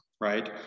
right